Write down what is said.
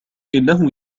إنه